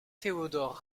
théodore